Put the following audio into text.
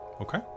Okay